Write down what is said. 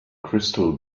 crystal